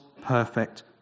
perfect